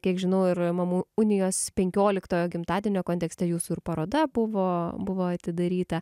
kiek žinau ir mamų unijos penkioliktojo gimtadienio kontekste jūsų ir paroda buvo buvo atidaryta